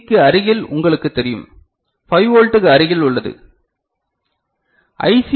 சிக்கு அருகில் உங்களுக்குத் தெரியும் 5 வோல்ட்டுக்கு அருகில் உள்ளது ஐ